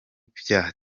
bya